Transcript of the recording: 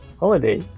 holiday